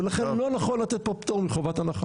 ולכן לא נכון לתת פה פטור מחובת הנחה.